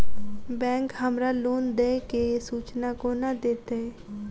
Bank हमरा loan देय केँ सूचना कोना देतय?